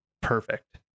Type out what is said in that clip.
perfect